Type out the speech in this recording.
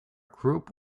group